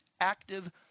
active